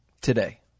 today